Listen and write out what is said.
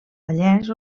vallès